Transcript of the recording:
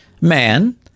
man